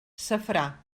safrà